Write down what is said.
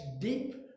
deep